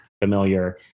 familiar